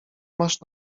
masz